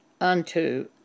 unto